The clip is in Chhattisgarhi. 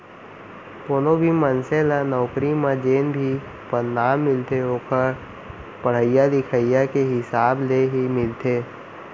कोनो भी मनसे ल नउकरी म जेन भी पदनाम मिलथे ओखर पड़हई लिखई के हिसाब ले ही मिलथे